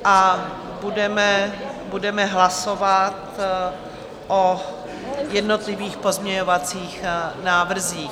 A budeme hlasovat o jednotlivých pozměňovacích návrzích.